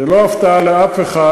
זו לא הפתעה לאף אחד.